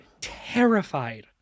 terrified